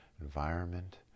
environment